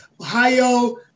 Ohio